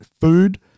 food